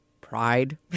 pride